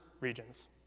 regions